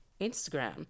instagram